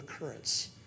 occurrence